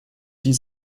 die